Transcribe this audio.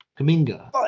kaminga